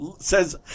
says